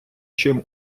чим